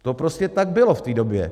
To prostě tak bylo v té době.